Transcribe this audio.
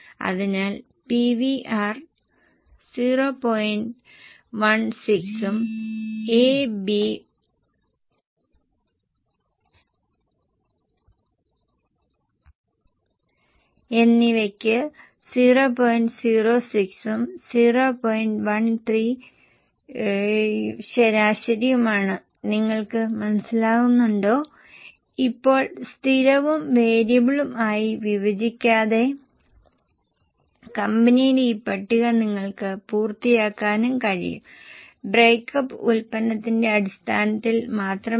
അതിനാൽ നികുതിക്ക് ശേഷമുള്ള ലാഭം 697 ക്ഷമിക്കണം 673 PBT tax അപ്പോൾ നിങ്ങൾക്ക് നികുതിക്ക് ശേഷമുള്ള ലാഭം ലഭിക്കും തുടർന്ന് അവർ ഇക്വിറ്റി ഡിവിഡന്റ് കോർപ്പറേറ്റ് ഡിവിഡന്റ് പോലുള്ള ചില അധിക വിവരങ്ങൾ നൽകി ഇവ യഥാർത്ഥത്തിൽ കോസ്റ്റ് അക്കൌണ്ടിംഗിന്റെ ഭാഗമല്ല പക്ഷേ ഞങ്ങൾ അത് സൂചിപ്പിക്കും നമുക്ക് റീടൈൻഡ് ഏർണിങ്സ് കണക്കാക്കാം